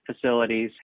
facilities